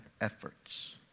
efforts